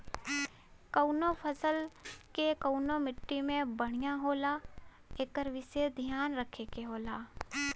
कउनो फसल के कउने मट्टी में बढ़िया होला एकर विसेस धियान रखे के होला